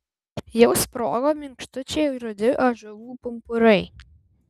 jau sprogo minkštučiai rudi ąžuolų pumpurai